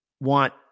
want